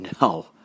No